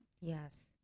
Yes